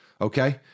Okay